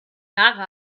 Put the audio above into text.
jahre